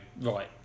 right